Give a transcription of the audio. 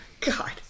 God